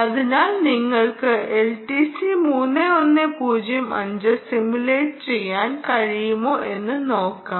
അതിനാൽ നിങ്ങൾക്ക് LTC 3105 simulate ചെയ്യാൻ കഴിയുമോ എന്ന് നോക്കാം